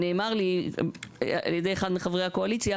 נאמר לי על ידי אחד מחברי הקואליציה,